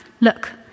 Look